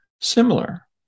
similar